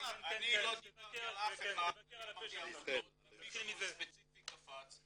אני לא דיברתי על אף אחד --- ומישהו ספציפי קפץ,